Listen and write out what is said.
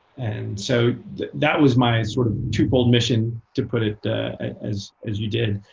and so that that was my sort of twofold mission, to put it as as you did,